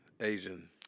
Asian